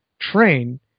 train